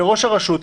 לראש הרשות,